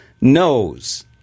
knows